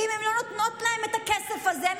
ואם הן לא נותנות להם את הכסף הזה,